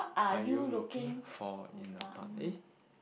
are you looking for in a part eh